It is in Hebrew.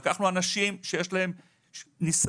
לקחנו אנשים שיש להם ניסיון,